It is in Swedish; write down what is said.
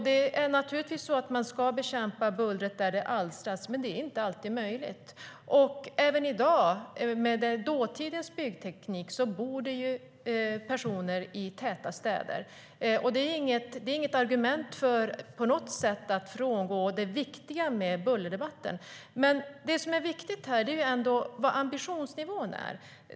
Man ska naturligtvis bekämpa bullret där det alstras, men det är inte alltid möjligt. Även i dag, med dåtidens byggteknik, bor det ju personer i täta städer. Men det är inte på något sätt ett argument för att frångå det viktiga med bullerdebatten. Det viktiga är vad ambitionsnivån är.